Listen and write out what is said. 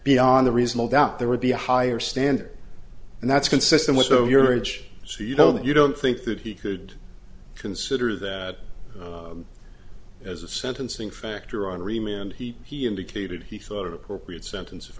beyond the reasonable doubt there would be a higher standard and that's consistent with so your age so you don't you don't think that he could consider that as a sentencing factor on remain and he indicated he thought it appropriate sentence if